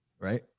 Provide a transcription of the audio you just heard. right